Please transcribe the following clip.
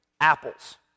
Apples